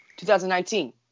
2019